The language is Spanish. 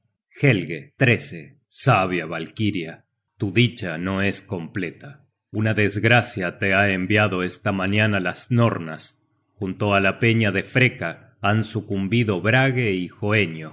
granmar helge sabia valkiria tu dicha no es completa una desgracia te han enviado esta mañana las nornas junto á la peña de freka han sucumbido brage y